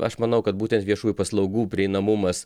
aš manau kad būtent viešųjų paslaugų prieinamumas